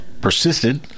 persisted